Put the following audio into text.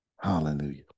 Hallelujah